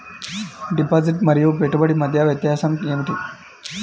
Deposit మరియు పెట్టుబడి మధ్య వ్యత్యాసం ఏమిటీ?